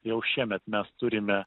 jau šiemet mes turime